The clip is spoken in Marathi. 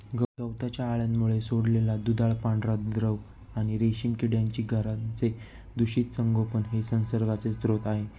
गवताच्या अळ्यांमुळे सोडलेला दुधाळ पांढरा द्रव आणि रेशीम किड्यांची घरांचे दूषित संगोपन हे संसर्गाचे स्रोत आहे